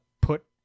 put